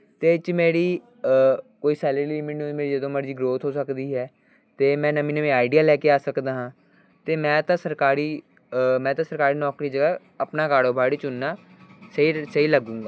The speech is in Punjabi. ਅਤੇ ਇਹਦੇ 'ਚ ਮੇਰੀ ਕੋਈ ਸੈਲਰੀ ਮੈਨੂੰ ਜਦੋਂ ਮਰਜ਼ੀ ਗਰੋਥ ਹੋ ਸਕਦੀ ਹੈ ਅਤੇ ਮੈਂ ਨਵੇਂ ਨਵੇਂ ਆਈਡੀਆ ਲੈ ਕੇ ਆ ਸਕਦਾ ਹਾਂ ਅਤੇ ਮੈਂ ਤਾਂ ਸਰਕਾਰੀ ਮੈਂ ਤਾਂ ਸਰਕਾਰੀ ਨੌਕਰੀ ਜਗ੍ਹਾ ਆਪਣਾ ਕਾੜੋਬਾੜ ਹੀ ਚੁਣਦਾ ਸਹੀ ਸਹੀ ਲੱਗੂਗਾ